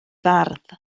fardd